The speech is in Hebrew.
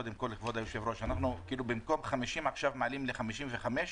כבוד היושב, אנחנו במקום 50 מעלים עכשיו ל-55?